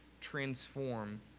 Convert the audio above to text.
transform